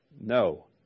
no